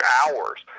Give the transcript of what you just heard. hours